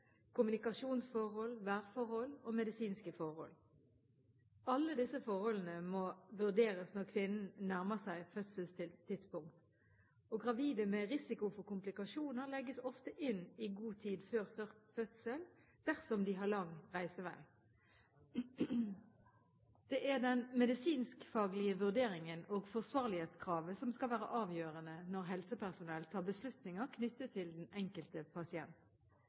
kommunikasjonsforhold, værforhold og medisinske forhold. Alle disse forholdene må vurderes når kvinnen nærmer seg fødselstidspunkt. Gravide med risiko for komplikasjoner legges ofte inn i god tid før fødsel dersom de har lang reisevei. Det er den medisinskfaglige vurderingen og forsvarlighetskravet som skal være avgjørende når helsepersonell tar beslutninger knyttet til den enkelte pasient.